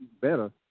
better